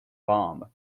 bomb